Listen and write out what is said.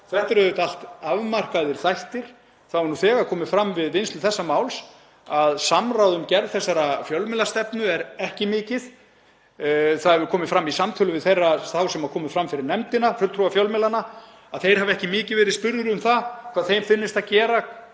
Þetta eru auðvitað allt afmarkaðir þættir. Það hefur nú þegar komið fram við vinnslu þessa máls að samráð um gerð þessarar fjölmiðlastefnu er ekki mikið. Það hefur komið fram í samtölum við þá sem komu fram fyrir nefndina, fulltrúa fjölmiðlanna, að þeir hafi ekki mikið verið spurðir um það hvað þeim finnist að eigi